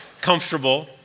comfortable